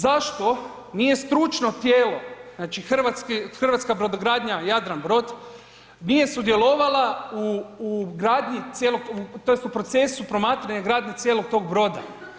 Zašto nije stručno tijelo, znači Hrvatska brodogradnja-Jadranbrod, nije sudjelovala u gradnji tj. u procesu promatranja gradnje cijelog tog broda?